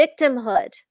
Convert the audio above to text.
victimhood